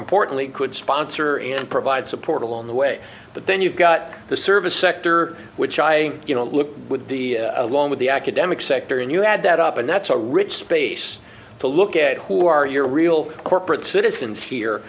importantly could sponsor and provide support along the way but then you've got the service sector which i you know look with the along with the academic sector and you add that up and that's a rich space to look at who are your real corporate citizens here